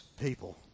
people